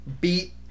beat